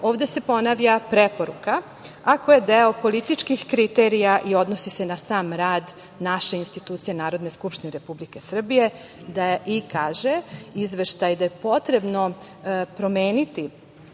ovde se ponavlja preporuka - ako je deo političkih kriterija i odnosi se na sam rad naše institucije, Narodne skupštine Republike Srbije, i kaže izveštaj da je potrebno izmeniti